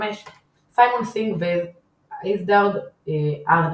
2005 סיימון סינג ואדזרד ארנסט,